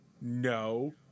No